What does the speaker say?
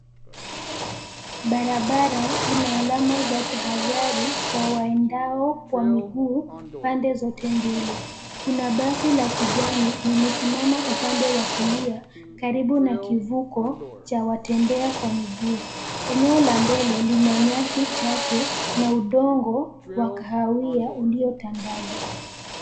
Barabara ina alama za tahadhari kwa waendao kwa miguu pande zote mbili. Kuna basi la kijani limesimama upande wa kulia karibu na kivuko cha watembea kwa miguu. Eneo la mbele lina nyasi chache na udongo wa kahawia ulitandazwa.